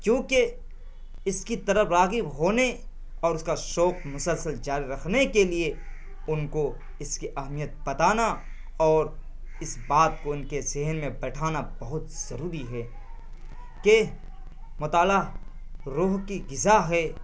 کیونکہ اس کی طرف راغب ہونے اور اس کا شوق مسلسل جاری رکھنے کے لیے ان کو اس کی اہمیت بتانا اور اس بات کو ان کے ذہن میں بیٹھانا بہت ضروری ہے کہ مطالعہ روح کی غذا ہے